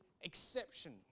exception